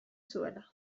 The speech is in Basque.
zuela